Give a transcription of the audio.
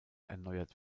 erneuert